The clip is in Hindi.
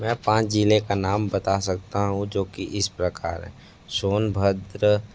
मैं पाँच जिले का नाम बता सकता हूँ जो कि इस प्रकार हैं सोनभद्र